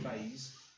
phase